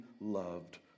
loved